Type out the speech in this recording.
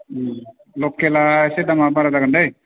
लखेला इसे दामा बारा जागोन दै